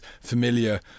familiar